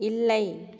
இல்லை